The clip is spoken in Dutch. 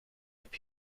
heb